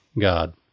God